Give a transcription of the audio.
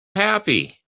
happy